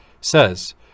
says